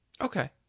okay